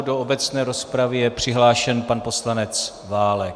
Do obecné rozpravy je přihlášen pan poslanec Válek.